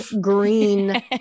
green